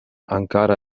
encara